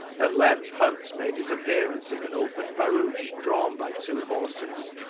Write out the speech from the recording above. at length hunt made his appearance in an open barouche drawn by two horses,